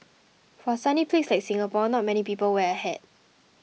for a sunny place like Singapore not many people wear a hat